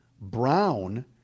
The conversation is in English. Brown